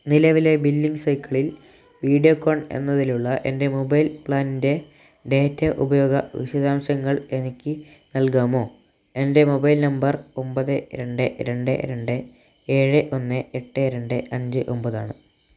നിലവിലെ ബില്ലിംഗ് സൈക്കിളിൽ വീഡിയോകോൺ എന്നതിലുള്ള എൻ്റെ മൊബൈൽ പ്ലാനിൻ്റെ ഡാറ്റ ഉപയോഗ വിശദാംശങ്ങൾ എനിക്ക് നൽകാമോ എൻ്റെ മൊബൈൽ നമ്പർ ഒമ്പത് രണ്ട് രണ്ട് രണ്ട് ഏഴ് ഒന്ന് എട്ട് രണ്ട് അഞ്ച് ഒമ്പതാണ്